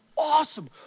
awesome